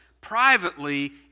privately